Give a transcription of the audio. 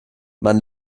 man